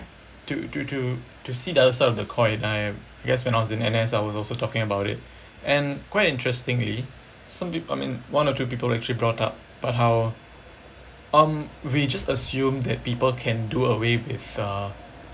to to to to see the other side of the coin I guess when I was in N_S I was also talking about it and quite interestingly some pe~ I mean one or two people actually brought up about how um we just assume that people can do away with uh